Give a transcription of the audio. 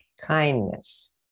kindness